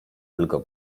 tylko